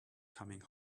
coming